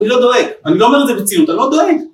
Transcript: אני לא דואג, אני לא אומר את זה בציניות, אני לא דואג!